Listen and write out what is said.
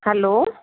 hello